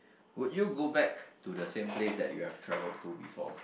would you go back to the same place that you have travelled to before